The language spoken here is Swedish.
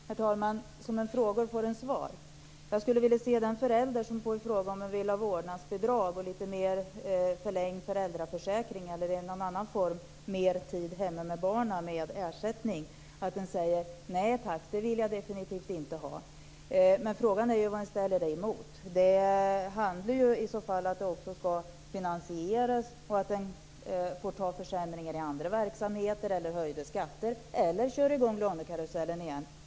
Herr talman! Man brukar säga: Som man frågar får man svar. Jag skulle vilja se den förälder som på en fråga om man vill ha vårdnadsbidrag, förlängd föräldraförsäkring eller mer tid hemma med barnen med ersättning svarar: Nej tack, det vill jag definitivt inte ha. Frågan är vad man erbjuder för alternativ. Det handlar ju också om finansiering, att man får göra försämringar i andra verksamheter, höja skatter eller köra i gång lånekarusellen igen.